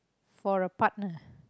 for a partner